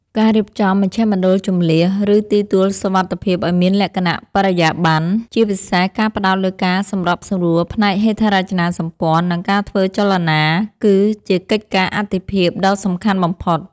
ការរៀបចំមជ្ឈមណ្ឌលជម្លៀស ឬទីទួលសុវត្ថិភាពឱ្យមានលក្ខណៈបរិយាបន្ន ជាពិសេសការផ្ដោតលើការសម្របសម្រួលផ្នែកហេដ្ឋារចនាសម្ព័ន្ធ និងការធ្វើចលនា គឺជាកិច្ចការអាទិភាពដ៏សំខាន់បំផុត